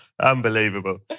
Unbelievable